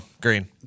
Green